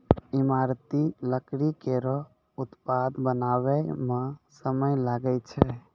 ईमारती लकड़ी केरो उत्पाद बनावै म समय लागै छै